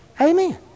Amen